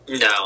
No